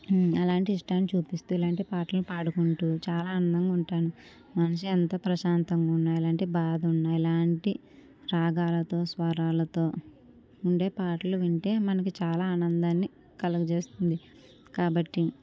అలాంటి ఇష్టాన్ని చూపిస్తూ ఇలాంటి పాటలు పాడుకుంటూ చాలా ఆనందంగా ఉంటాను మనిషి ఎంత ప్రశాంతంగా ఉండాలంటే బాధవున్న ఎలాంటి రాగాలతో స్వరాలతో ఉండే పాటలు వింటే మనకి చాలా ఆనందాన్ని కలుగజేస్తుంది కాబట్టి